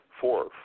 Four